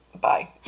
bye